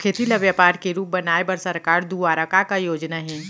खेती ल व्यापार के रूप बनाये बर सरकार दुवारा का का योजना हे?